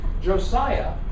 Josiah